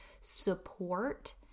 support